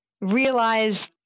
realize